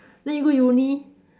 then you go uni